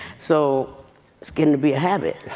so it's getting to be a habit.